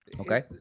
Okay